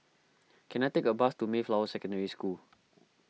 can I take a bus to Mayflower Secondary School